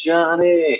Johnny